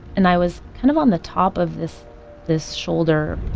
and i was kind of on the top of this this shoulder.